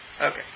Okay